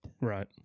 Right